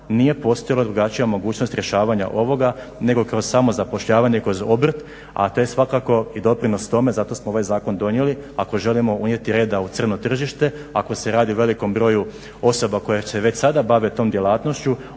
nije postojala drugačija mogućnost rješavanja ovoga nego kroz samozapošljavanje, kroz obrt, a to je svakako doprinos tome. Zato smo ovaj zakon donijeli ako želimo uvesti reda u crno tržište, ako se radi o velikom broju osoba koje se već sada bave tom djelatnošću